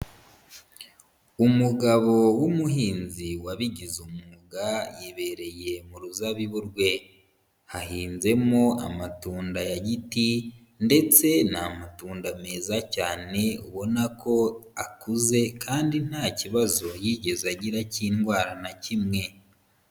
Umugabo w'umuhinzi wabigize umwuga, yibereye mu ruzabibu rwe. Hahinzemo amatunda ya giti, ndetse ni amatunda meza cyane, ubona ko akuze kandi nta kibazo yigeze agira cy'indwara na kimwe.